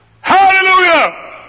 Hallelujah